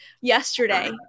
yesterday